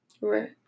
Right